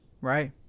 Right